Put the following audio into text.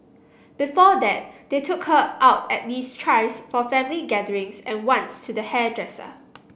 before that they took her out at least thrice for family gatherings and once to the hairdresser